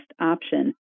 option